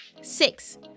Six